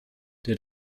der